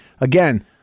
Again